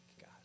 God